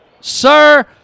Sir